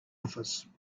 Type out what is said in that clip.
office